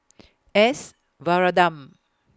S Varathan